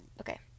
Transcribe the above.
Okay